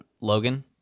Logan